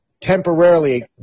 temporarily